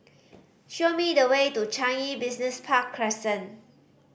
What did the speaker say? show me the way to Changi Business Park Crescent